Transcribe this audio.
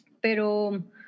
Pero